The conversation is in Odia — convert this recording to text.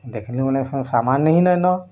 ଦେଖ୍ନୁ ବୋଲେ ସାମାନ୍ ନେଇ ନେ ନ